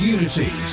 Unity